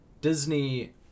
Disney